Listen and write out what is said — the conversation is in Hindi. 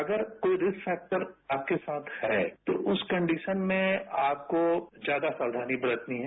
अगर कोई रिस्क फैक्टर आपके साथ है तो उस कडीशन में आपको ज्यादा सावधानी बरतनी है